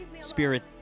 Spirit